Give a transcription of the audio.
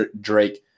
Drake